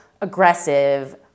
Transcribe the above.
aggressive